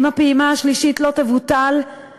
אם הפעימה השלישית לא תבוטל,